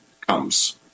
comes